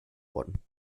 worden